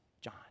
John